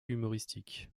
humoristiques